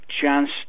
chance